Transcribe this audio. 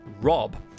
rob